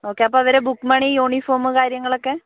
okay അപ്പം ഇവരുടെ book money uniform കാര്യങ്ങളൊക്കെ